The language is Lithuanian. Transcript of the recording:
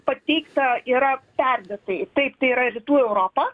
pateikta yra perdėtai taip tai yra rytų europa